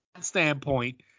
standpoint